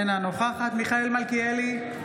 אינה נוכחת מיכאל מלכיאלי,